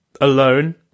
alone